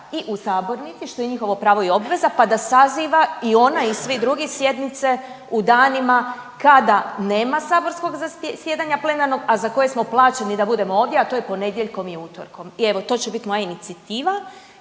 i u sabornici što je njihovo pravo i obveza, pa da saziva i ona i svi drugi sjednice u danima kada nema saborskog zasjedanja plenarnog a za koje smo plaćeni da budemo ovdje a to je ponedjeljkom i utorkom i evo to će bit moja inicijativa…/Upadica: